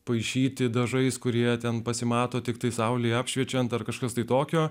paišyti dažais kurie ten pasimato tiktai saulei apšviečiant ar kažkas tokio